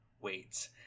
wait